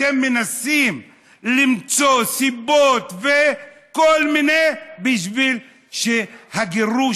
אתם מנסים למצוא סיבות וכל מיני בשביל שהגירוש